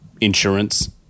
insurance